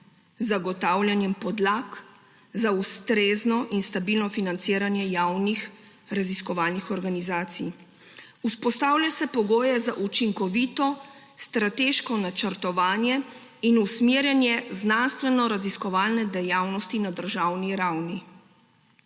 zagotavljanje podlag za ustrezno in stabilno financiranje javnih raziskovalnih organizacij. Vzpostavlja se pogoje za učinkovito strateško načrtovanje in usmerjanje znanstvenoraziskovalne dejavnosti na državni ravni.